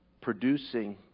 producing